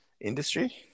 industry